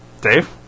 Dave